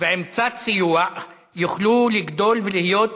ועם קצת סיוע יוכלו לגדול ולהיות